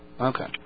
Okay